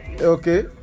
Okay